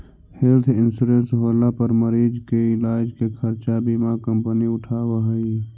health insurance होला पर मरीज के इलाज के खर्चा बीमा कंपनी उठावऽ हई